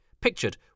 pictured